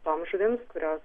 toms žuvims kurios